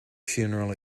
funeral